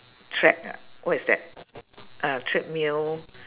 tread ah what is that ah treadmill